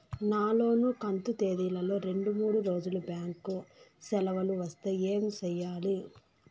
నా లోను కంతు తేదీల లో రెండు మూడు రోజులు బ్యాంకు సెలవులు వస్తే ఏమి సెయ్యాలి?